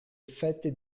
effetti